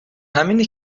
همینه